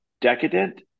decadent